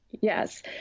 Yes